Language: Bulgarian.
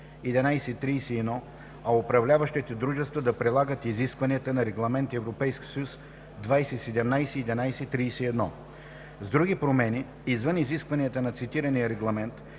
2017/1131, а управляващите дружества да прилагат изискванията на Регламент (ЕС) 2017/1131. С други промени, извън изискванията на цитирания регламент,